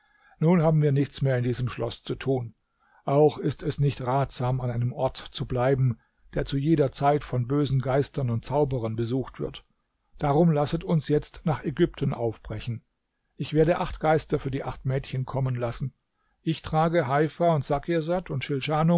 nun haben wir nichts mehr in diesem schloß zu tun auch ist es nicht ratsam an einem ort zu bleiben der zu jeder zeit von bösen geistern und zauberern besucht wird darum lasset uns jetzt nach ägypten aufbrechen ich werde acht geister für die acht mädchen kommen lassen ich trage heifa und sakirsad und